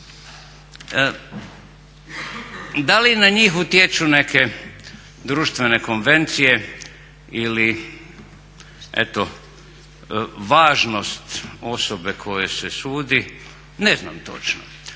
Da li na njih utječu neke društvene konvencije ili eto važnost osobe kojoj se sudi ne znam točno,